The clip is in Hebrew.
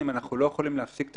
הוא לא יכול להתעלם ממנו,